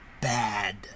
bad